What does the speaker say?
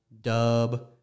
Dub